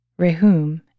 Rehum